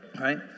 Right